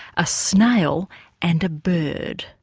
a snail and a bird.